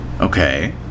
Okay